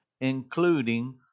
including